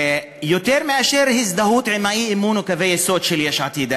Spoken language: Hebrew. יותר מאשר הזדהות עם האי-אמון או קווי היסוד של יש עתיד.